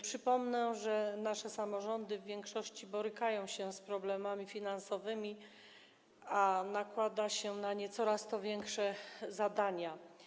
Przypomnę, że nasze samorządy w większości borykają się z problemami finansowymi, a nakłada się na nie coraz większe zadania.